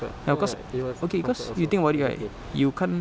ya cause okay cause you think about it right you can't